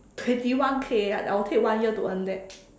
twenty one K I will take one year to earn that